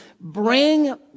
bring